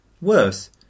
Worse